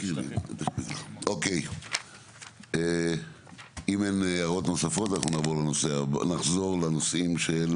אוקי, אם אין הערות נוספות אנחנו נחזור לנושאים.